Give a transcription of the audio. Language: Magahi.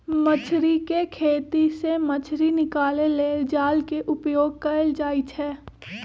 मछरी कें खेति से मछ्री निकाले लेल जाल के उपयोग कएल जाइ छै